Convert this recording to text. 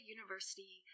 University